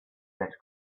that